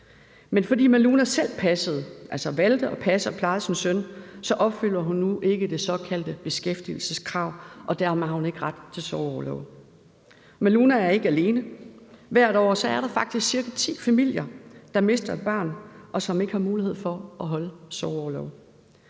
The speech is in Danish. Men fordi Maluna selv valgte at passe og pleje sin søn, opfylder hun nu ikke det såkaldte beskæftigelseskrav, og dermed har hun ikke ret til sorgorlov. Maluna er ikke alene. Hvert år er der faktisk ca. ti familier, der mister et barn, og som ikke har mulighed for at holde sorgorlov,